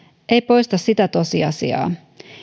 ei poista sitä tosiasiaa